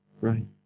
right